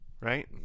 right